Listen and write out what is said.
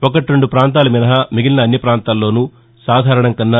ఒకటెండు పొంతాలు మినహా మిగిలిన అన్ని జిల్లాల్లోనూ సాధారణం కన్నా